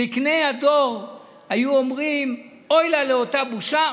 זקני הדור היו אומרים "אוי לה לאותה בושה,